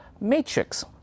matrix